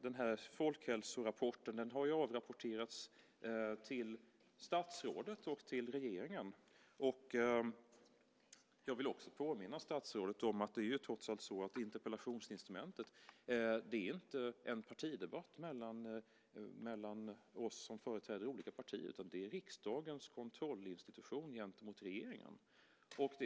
den här folkhälsorapporten har avrapporterats till statsrådet och till regeringen. Jag vill också påminna statsrådet om att interpellationsinstrumentet trots allt inte syftar till en partidebatt mellan oss som företräder olika partier, utan det är riksdagens kontrollinstitution gentemot regeringen.